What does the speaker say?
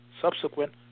subsequent